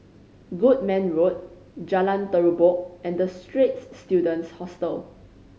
Goodman Road Jalan Terubok and The Straits Students Hostel